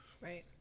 right